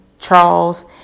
Charles